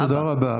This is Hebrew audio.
תודה רבה.